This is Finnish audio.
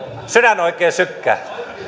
sydän oikein sykkää